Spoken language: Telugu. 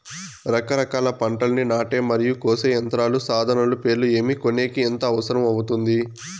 రకరకాల పంటలని నాటే మరియు కోసే యంత్రాలు, సాధనాలు పేర్లు ఏమి, కొనేకి ఎంత అవసరం అవుతుంది?